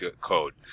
code